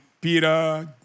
Peter